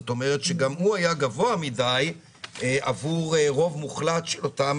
מה שאומר שגם הוא היה גבוה מידי עבור הרוב המוחלט של אותם